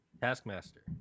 Taskmaster